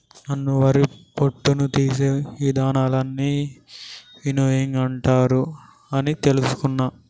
నాను వరి పొట్టును తీసే ఇదానాలన్నీ విన్నోయింగ్ అంటారు అని తెలుసుకున్న